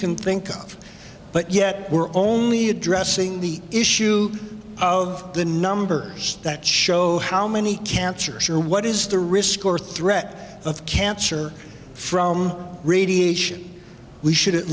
can think of but yet we're only addressing the issue of the numbers that show how many cancers or what is the risk or threat of cancer from radiation we should at